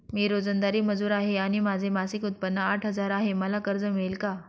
मी रोजंदारी मजूर आहे आणि माझे मासिक उत्त्पन्न आठ हजार आहे, मला कर्ज मिळेल का?